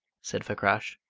said fakrash,